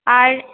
আর